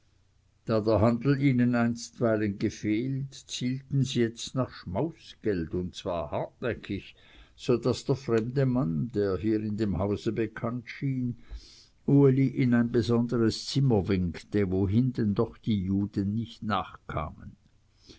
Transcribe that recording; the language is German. der handel ihnen einstweilen gefehlt zielten sie jetzt nach schmausgeld und zwar hartnäckig so daß der fremde mann der in dem hause bekannt schien uli in ein besonderes zimmer winkte wohin denn doch die juden nicht nachkamen